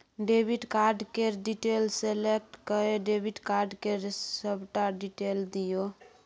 debit card केर detail select कए debit card केर सबटा डिटेल दियौ